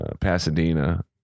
Pasadena